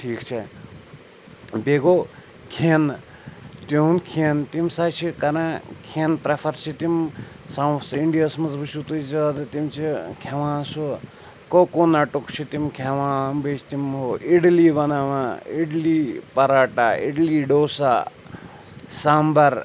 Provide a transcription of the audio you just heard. ٹھیٖک چھےٚ بیٚیہِ گوٚو کھٮ۪نہٕ تِہُنٛد کھٮ۪ن تِم سا چھِ کَران کھٮ۪ن پرٛٮ۪فَر چھِ تِم ساوُتھ اِنٛڈیاہَس منٛز وٕچھو تُہۍ زیادٕ تِم چھِ کھٮ۪وان سُہ کوٚکوٚنَٹُک چھِ تِم کھٮ۪وان بیٚیہِ چھِ تِم ہُہ اِڈلی بَناوان اِڈلی پَراٹا اِڈلی ڈوسا سامبَر